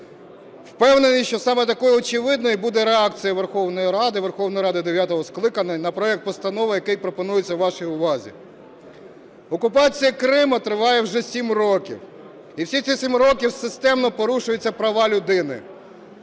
Впевнений, що саме такою очевидною буде реакція Верховної Ради, Верховної Ради дев'ятого скликання на проект постанови, який пропонується вашій увазі. Окупація Криму триває вже 7 років, і всі ці 7 років системно порушуються права людини: